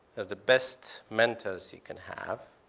the best mentors you can have.